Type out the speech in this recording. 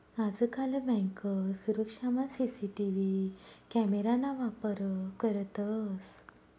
आजकाल बँक सुरक्षामा CCTV camera ना वापर करतंस